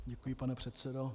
Děkuji, pane předsedo.